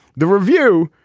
the review,